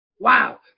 Wow